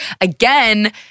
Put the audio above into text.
again